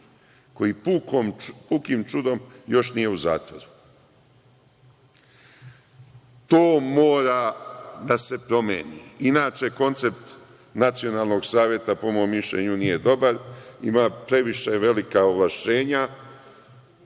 koji pukim čudom još nije u zatvoru. To mora da se promeni. Inače, koncept Nacionalnog saveta po mom mišljenju nije dobar. Ima previše velika ovlašćenja.